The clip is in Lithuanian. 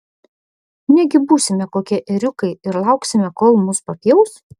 negi būsime kokie ėriukai ir lauksime kol mus papjaus